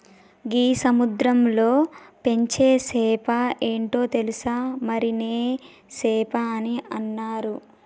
గీ సముద్రంలో పెంచే సేప ఏంటో తెలుసా, మరినే సేప అని ఇన్నాను